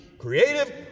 creative